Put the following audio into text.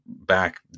back